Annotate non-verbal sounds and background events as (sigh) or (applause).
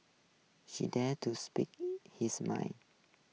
she dared to speak (noise) his mind